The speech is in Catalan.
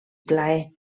plaer